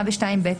102(ב),